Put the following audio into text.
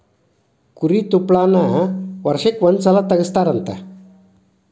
ಕುರಿ ತುಪ್ಪಳಾನ ವರ್ಷಕ್ಕ ಒಂದ ಸಲಾ ತಗಸತಾರಂತ